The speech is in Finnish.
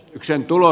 syksyn tulo